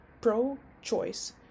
pro-choice